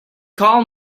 call